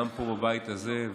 גם פה בבית הזה,